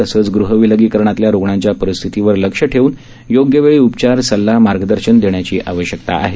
तसंच गृहविलगीकरणातल्या रुग्णांच्या परिस्थितवर लक्ष ठेवून योग्यवेळी उपचार सल्ला मार्गदर्शन देण्याची आवश्यकता आहे